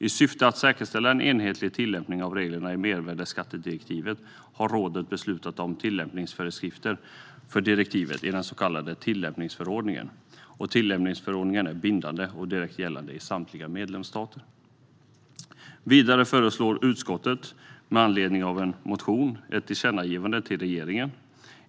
I syfte att säkerställa en enhetlig tillämpning av reglerna i mervärdesskattedirektivet har rådet beslutat om tillämpningsföreskrifter för direktivet i den så kallade tillämpningsförordningen. Förordningen är bindande och direkt gällande i samtliga medlemsstater. Vidare föreslår utskottet, med anledning av en motion, ett tillkännagivande till regeringen.